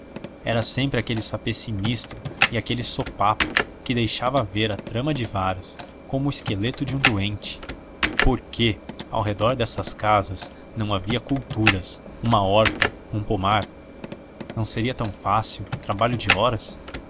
era sempre aquele sapê sinistro e aquele sopapo que deixava ver a trama de varas como o esqueleto de um doente por que ao redor dessas casas não havia culturas uma horta um pomar não seria tão fácil trabalho de horas